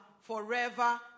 forever